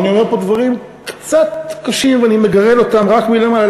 ואני אומר פה דברים קצת קשים ואני מגרד אותם רק מלמעלה,